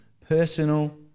personal